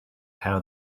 how